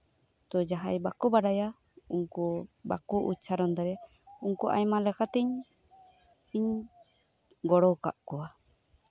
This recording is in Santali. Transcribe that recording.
ᱛᱳ ᱡᱟᱸᱦᱟᱭ ᱵᱟᱠᱚ ᱵᱟᱲᱟᱭᱟ ᱩᱱᱠᱩ ᱵᱟᱠᱚ ᱩᱪᱪᱟᱨᱚᱱ ᱫᱟᱲᱮᱭᱟᱜᱼᱟ ᱩᱱᱠᱩ ᱟᱭᱢᱟ ᱞᱮᱠᱟᱛᱮ ᱤᱧ ᱜᱚᱲᱚ ᱟᱠᱟᱫ ᱠᱚᱣᱟ